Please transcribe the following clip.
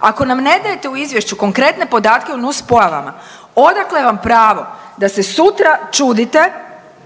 Ako nam ne dajete u izvješću konkretne podatke o nuspojavama odakle vam pravo da se sutra čudite